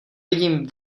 vidím